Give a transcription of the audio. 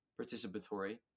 participatory